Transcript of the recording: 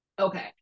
okay